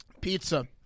Pizza